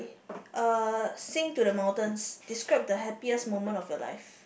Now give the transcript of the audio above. uh sing to the mountains describe the happiest moment of your life